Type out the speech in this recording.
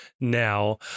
now